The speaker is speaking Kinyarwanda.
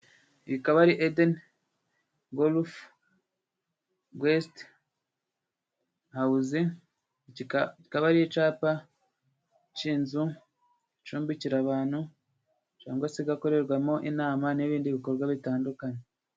Ikaba ari Edenigolufegestihawuzi cikaba ari icapa c'inzu icumbikira abantu cangwa se igakorerwamo inama n'ibindi bikorwa bitandukanye.